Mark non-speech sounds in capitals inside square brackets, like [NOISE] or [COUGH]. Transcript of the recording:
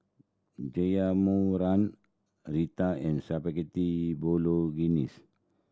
[UNINTELLIGIBLE] Raita and Spaghetti Bolognese